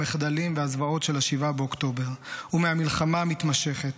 המחדלים והזוועות של 7 באוקטובר ומהמלחמה המתמשכת.